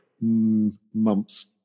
months